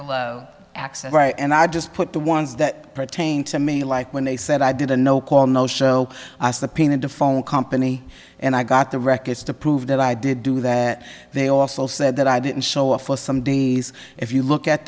right and i just put the ones that pertain to me like when they said i did a no call no show us the pain and the phone company and i got the records to prove that i did do that they also said that i didn't show up for some days if you look at